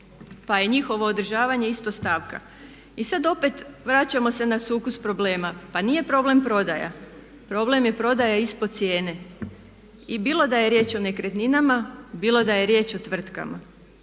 pa je njihovo održavanje isto stavka. I sad opet vraćamo se na sukus problema. Pa nije problem prodaja, problem je prodaja ispod cijene. I bilo da je riječ o nekretninama, bilo da je riječ o tvrtkama.